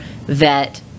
vet